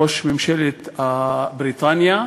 ראש ממשלת בריטניה,